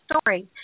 story